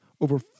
over